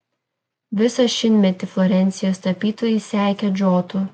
visą šimtmetį florencijos tapytojai sekė džotu